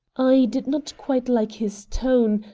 i did not quite like his tone,